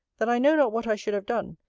that i know not what i should have done,